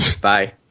bye